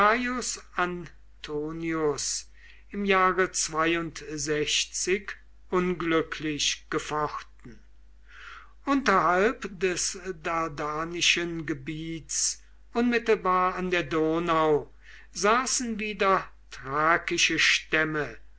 antonius im jahre unglücklich gefochten unterhalb des dardanischen gebiets unmittelbar an der donau saßen wieder thrakische stämme